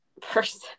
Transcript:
person